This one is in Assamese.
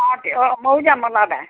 অঁ মইয়ো যাম ওলাবা